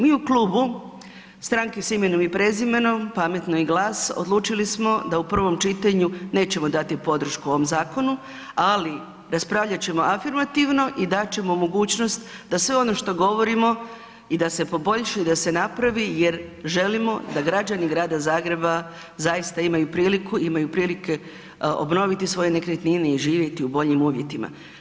Mi u Klubu Stranke s imenom i prezimenom, Pametno i GLAS odlučili smo da u prvom čitanju nećemo dati podršku ovom zakonu, ali raspravljat ćemo afirmativno i dat ćemo mogućnost da sve ono što govorimo i da se poboljša i da se napravi jer želimo da građani Grada Zagreba zaista imaju priliku, imaju prilike obnoviti svoje nekretnine i živjeti u boljim uvjetima.